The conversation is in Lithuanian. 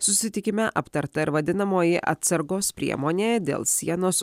susitikime aptarta ir vadinamoji atsargos priemonė dėl sienos